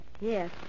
Yes